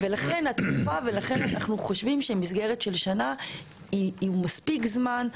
לכן התקופה ולכן אנחנו חושבים שמסגרת של שנה היא מספיק זמן.